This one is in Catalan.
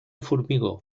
formigó